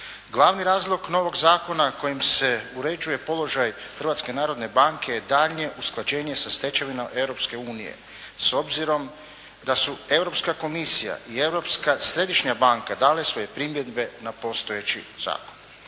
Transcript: Glavni razlog novog zakona kojim se uređuje položaj Hrvatske narodne banke je daljnje usklađenje sa stečevinama Europske unije, s obzirom da su europska komisija i Europska središnja banka dale svoje primjedbe na postojeći zakon.